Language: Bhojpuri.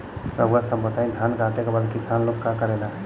रउआ सभ बताई धान कांटेके बाद किसान लोग का करेला?